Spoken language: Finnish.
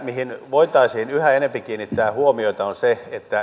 mihin voitaisiin yhä enempi kiinnittää huomiota on se